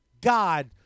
God